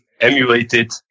emulated